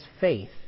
faith